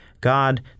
God